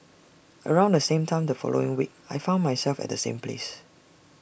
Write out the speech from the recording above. around the same time the following week I found myself at the same place